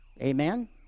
Amen